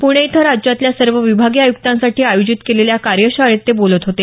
पुणे इथं राज्यातल्या सर्व विभागीय आयुक्तांसाठी आयोजित केलेल्या कार्यशाळेत ते बोलत होते